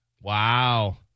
Wow